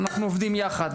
אנחנו עובדים יחד,